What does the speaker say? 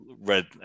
read